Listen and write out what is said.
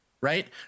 right